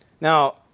now